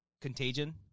Contagion